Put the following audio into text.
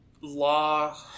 law –